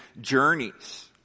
journeys